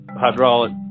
hydraulic